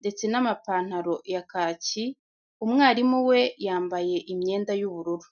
ndetse n'amapantaro ya kaki, umwarimu we yambaye imyenda y'ubururu.